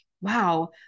wow